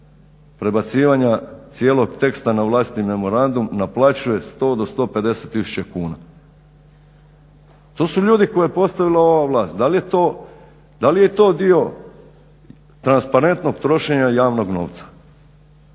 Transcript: prebacivanja cijelog teksta na vlastiti memorandum naplaćuje 100 do 150 tisuća kuna. To su ljudi koje je postavila ova vlast. Da li je to dio transparentnog trošenja javnog novca?